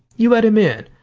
you let him in.